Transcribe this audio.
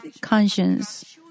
conscience